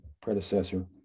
predecessor